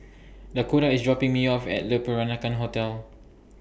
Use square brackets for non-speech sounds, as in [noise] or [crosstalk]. [noise] Dakoda IS dropping Me off At Le Peranakan Hotel